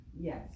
Yes